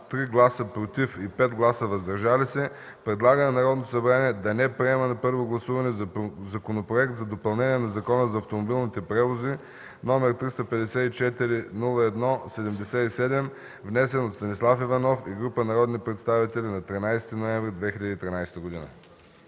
3 гласа „против” и 5 гласа „въздържали се” предлага на Народното събрание да не приеме на първо гласуване Законопроект за допълнение на Закона за автомобилните превози, № 354-01-77, внесен от Станислав Иванов и група народни представители на 13 ноември 2013 г.”